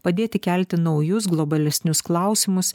padėti kelti naujus globalesnius klausimus